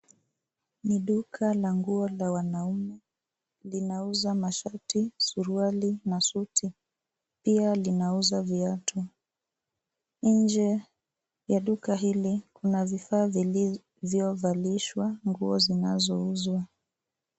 Ni duka la nguo la wanaume, linauza mashati, suruali na suti. Pia linauza viatu. Nje ya duka hili kuna vifaa vilivyovalishwa nguo zinazouzwa.